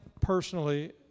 personally